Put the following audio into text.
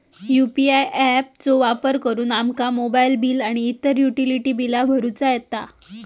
UPI app चो वापर करुन आमका मोबाईल बिल आणि इतर युटिलिटी बिला भरुचा येता